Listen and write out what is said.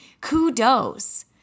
Kudos